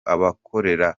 abakorera